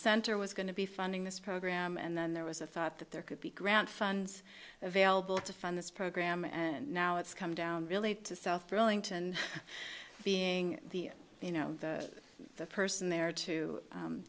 center was going to be funding this program and then there was a thought that there could be grant funds available to fund this program and now it's come down relate to south burlington being the you know the person there to